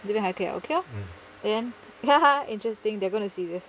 这边还可以啊 okay lor then interesting they're gonna see this